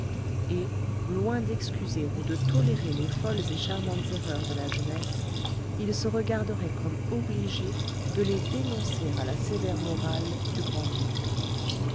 et loin d'excuser ou de tolérer les folles et charmantes erreurs de la jeunesse il se regarderait comme obligé de les dénoncer à la sévère morale du grand-duc